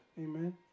Amen